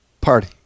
party